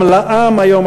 גם לע"מ היום,